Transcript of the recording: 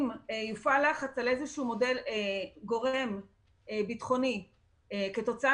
אם יופעל לחץ על איזשהו גורם ביטחוני כתוצאה